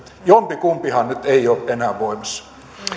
jompikumpihan nyt ei ole enää voimassa